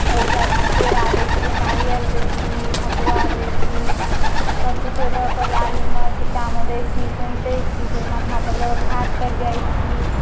ओहि सभमे केरा दैत छी नारियल दैत छी ठकुआ दैत छी सभकिछो दऽ कऽ डालीमे छिट्टामे दैत छी सैँतैत छी फेर माथापर लऽ कऽ घाटपर जाइत छी